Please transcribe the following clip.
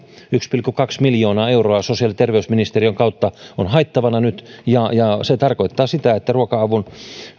yksi pilkku kaksi miljoonaa euroa sosiaali ja terveysministeriön kautta on haettavana nyt ja ja se tarkoittaa sitä että ruoka avun